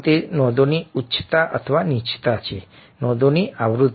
તે નોંધોની ઉચ્ચતા અથવા નીચતા છે નોંધોની આવૃત્તિ